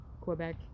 Quebec